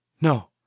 No